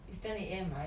it's ten A_M right